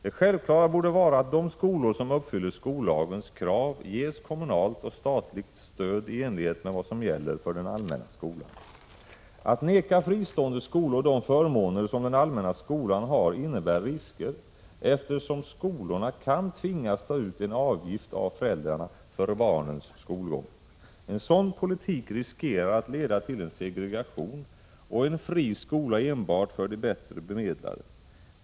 Det självklara borde vara att de skolor som uppfyller skollagens krav ges kommunalt och statligt stöd i enlighet med vad som gäller för den allmänna skolan. Att neka fristående skolor de förmåner som den allmänna skolan har innebär risker, eftersom skolorna kan tvingas ta ut en avgift av föräldrarna för barnens skolgång. En sådan politik riskerar att leda till en segregation och en fri skola enbart för de bättre bemedlade.